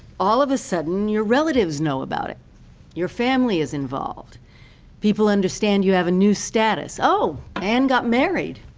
all of a sudden, your relatives know about it your family is involved people understand you have a new status. oh, anne got married.